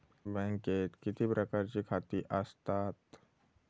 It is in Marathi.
बँकेत किती प्रकारची खाती आसतात?